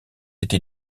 été